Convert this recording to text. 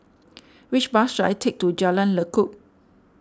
which bus should I take to Jalan Lekub